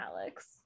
Alex